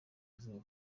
izuba